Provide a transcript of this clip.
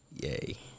Yay